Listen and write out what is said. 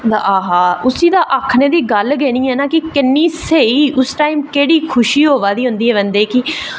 आहा उसी आखने दी गल्ल गै नेईं ऐ किन्नी स्हेई उस टाईम केह्ड़ी खुशी होग आवा दी बंदे गी कि